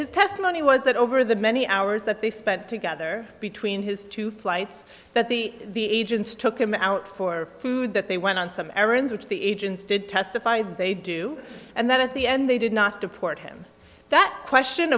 his testimony was that over the many hours that they spent together between his two flights that the agents took him out for food that they went on some errands which the agents did testify that they do and that at the end they did not deport him that question